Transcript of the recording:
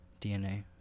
DNA